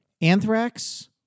Anthrax